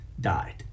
died